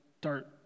start